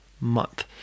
month